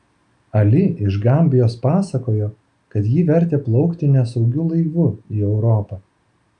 ali iš gambijos pasakojo kad jį vertė plaukti nesaugiu laivu į europą